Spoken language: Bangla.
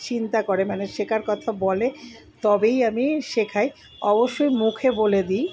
চিন্তা করে মানে শেখার কথা বলে তবেই আমি শেখাই অবশ্যই মুখে বলে দিই